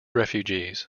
refugees